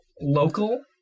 local